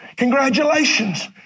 Congratulations